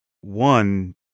one